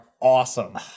Awesome